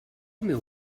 meu